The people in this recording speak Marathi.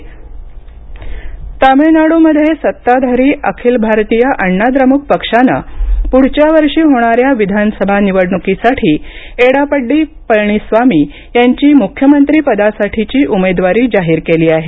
तामिळनाड् तामिळनाडूमध्ये सत्ताधारी अखिल भारतीय अण्णा द्रमुक पक्षानं पुढच्या वर्षी होणाऱ्या विधानसभा निवडणुकीसाठी एडापड्डी पळणीस्वामी यांची मुख्यमंत्री पदासाठीची उमेदवारी जाहीर केली आहे